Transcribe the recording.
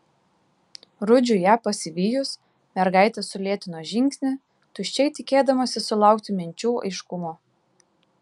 rudžiui ją pasivijus mergaitė sulėtino žingsnį tuščiai tikėdamasi sulaukti minčių aiškumo